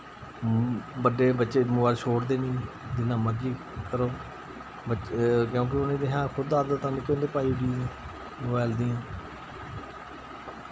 बड्डे बच्चे मोबाइल छोड़दे निं जिन्ना मर्जी करो बच्चे क्यूंकि उ'नें ते असैं खुद आदतां निक्के होंदे पाई ओड़ियां मोबाइल दियां